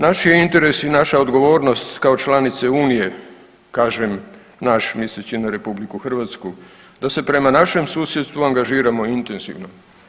Naš je interes i naša odgovornost kao članice Unije, kažem naš, misleći na RH, da se prema našem susjedstvu angažiramo intenzivno.